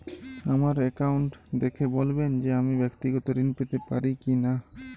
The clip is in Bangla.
আমার অ্যাকাউন্ট দেখে বলবেন যে আমি ব্যাক্তিগত ঋণ পেতে পারি কি না?